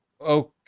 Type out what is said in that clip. Okay